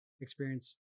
experience